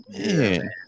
man